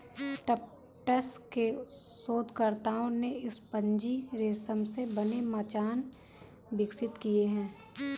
Tufts के शोधकर्ताओं ने स्पंजी रेशम से बने मचान विकसित किए हैं